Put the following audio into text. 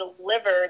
delivered